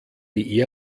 die